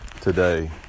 today